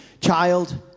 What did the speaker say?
child